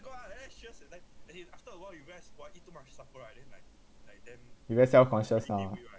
you very self conscious now ah